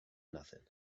nothing